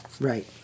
Right